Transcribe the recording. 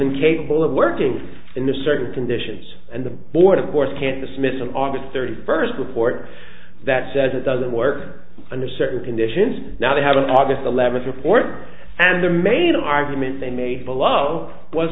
incapable of working in the certain conditions and the board of course can't dismiss an august thirty first report that says it doesn't work under certain conditions now they have an august eleventh report and the main argument they made below was